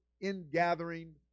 ingathering